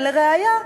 ולראיה,